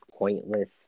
pointless